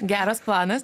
geras planas